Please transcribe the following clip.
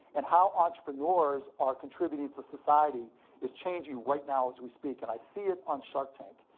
and how entrepreneurs are contributing to society is changing right now as we speak. and i see it on shark tank.